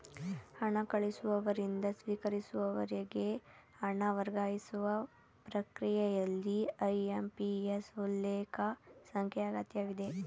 ಹಣ ಕಳಿಸುವವರಿಂದ ಸ್ವೀಕರಿಸುವವರಿಗೆ ಹಣ ವರ್ಗಾಯಿಸುವ ಪ್ರಕ್ರಿಯೆಯಲ್ಲಿ ಐ.ಎಂ.ಪಿ.ಎಸ್ ಉಲ್ಲೇಖ ಸಂಖ್ಯೆ ಅಗತ್ಯವಿದೆ